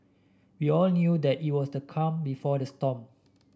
we all knew that it was the calm before the storm